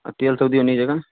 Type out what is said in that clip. आ तेलसभ दियौ नीक जँका